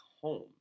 home